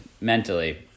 mentally